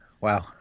wow